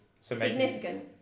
Significant